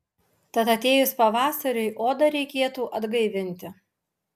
tad atėjus pavasariui odą reikėtų atgaivinti